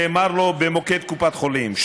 נאמר לו במוקד קופת חולים.